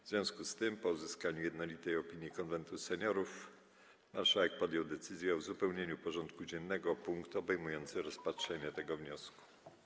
W związku z tym, po uzyskaniu jednolitej opinii Konwentu Seniorów, marszałek podjął decyzję o uzupełnieniu porządku dziennego o punkt obejmujący rozpatrzenie tego wniosku.